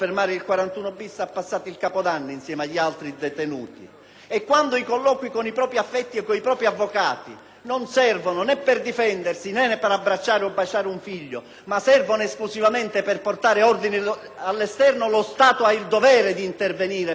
Quando i colloqui con i propri congiunti e con i propri avvocati non servono né per difendersi né per abbracciare o baciare un figlio, ma esclusivamente per portare ordini all'esterno, lo Stato ha il dovere di intervenire perché questa usanza cessi. Questo ci stiamo proponendo di fare,